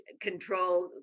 control